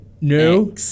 No